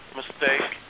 mistake